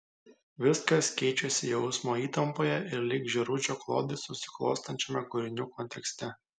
viskas keičiasi jausmo įtampoje ir lyg žėručio klodai susiklostančiame kūrinių kontekste